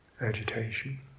agitation